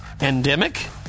endemic